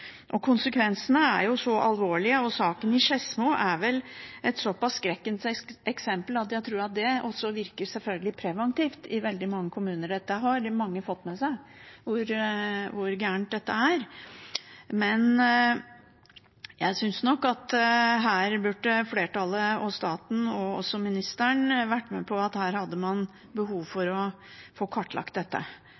Konsekvensene kan være alvorlige, og saken i Skedsmo er vel et så pass skrekkens eksempel at jeg tror det også virker preventivt i veldig mange kommuner. Mange har fått med seg hvor galt dette er. Jeg synes nok at flertallet og staten – og også ministeren – burde vært med på at man har behov for